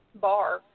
bar